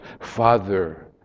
father